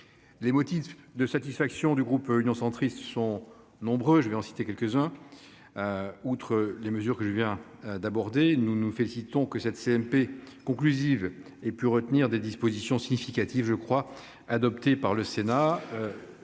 Les motifs de satisfaction du groupe Union Centriste sont nombreux. Outre les mesures que je viens d'aborder, nous nous félicitons que cette CMP conclusive ait pu retenir des dispositions significatives adoptées par le Sénat.